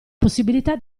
possibilità